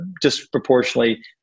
disproportionately